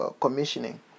commissioning